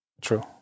True